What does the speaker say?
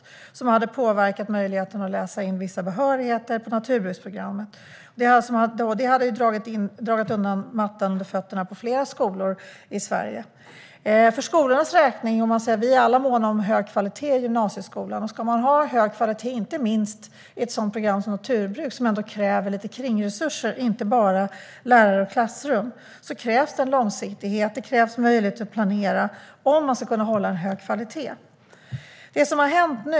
Detta förslag skulle ha påverkat möjligheterna att läsa in vissa behörigheter på naturbruksprogrammet och dragit undan mattan för flera skolor i Sverige. Vi är alla måna om en hög kvalitet i gymnasieskolan. Ska man hålla hög kvalitet på ett sådant program som naturbruk, som kräver kringresurser och inte bara lärare och klassrum, behövs det långsiktighet och möjlighet att planera.